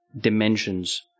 dimensions